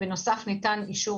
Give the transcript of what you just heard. בנוסף ניתן אישור